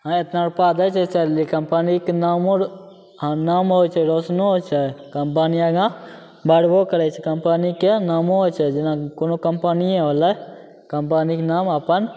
एतना रुपा दै छै सैलरी कम्पनीके नामो हँ नाम होइ छै रोशनो होइ छै बढ़िआँ जेना बढ़बो करै छै कम्पनीके नामो होइ छै जेना कोनो कम्पनिए होलै कम्पनीके नाम अपन